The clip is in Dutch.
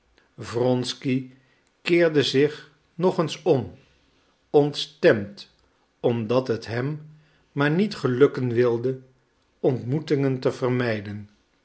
wronsky keerde zich nog eens om ontstemd omdat het hem maar niet gelukken wilde ontmoetingen te vermijden